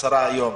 השרה היום,